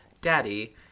daddy